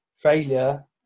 failure